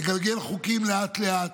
לגלגל חוקים לאט-לאט,